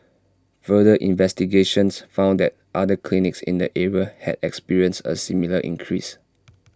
further investigations found that other clinics in the area had experienced A similar increase